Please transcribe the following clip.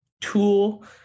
tool